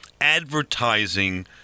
advertising